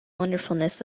wonderfulness